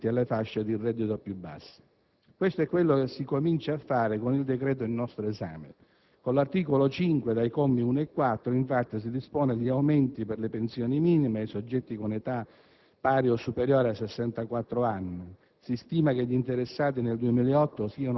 incapienti ovvero appartenenti alle fasce di reddito più basso. Queste è quello che si comincia a fare con il decreto al nostro esame. Con l'articolo 5, nei commi da 1 a 4, infatti, si dispongono gli aumenti per le pensioni minime ai soggetti con età pari o superiore ai 64 anni.